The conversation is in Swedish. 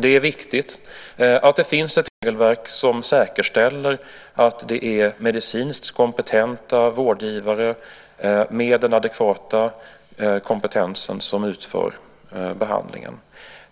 Det är viktigt att det finns ett regelverk som säkerställer att det är medicinskt kompetenta vårdgivare med adekvat kompetens som utför behandlingen.